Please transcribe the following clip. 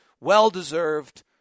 Well-deserved